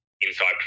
inside